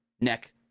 neck